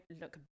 look